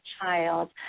child